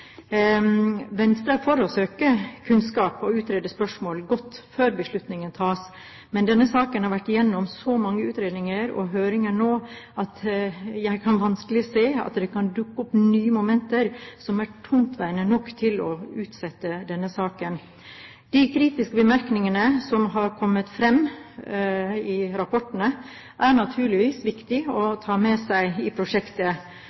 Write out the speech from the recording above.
Venstre er for å søke kunnskap og å utrede spørsmål godt før beslutninger tas. Men denne saken har vært igjennom så mange utredninger og høringer at jeg vanskelig kan se at det vil dukke opp nye momenter som er tungtveiende nok til å kunne utsette den. De kritiske bemerkningene som har kommet fram i rapportene, er det naturligvis viktig å ta med seg i prosjektet.